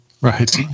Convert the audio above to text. Right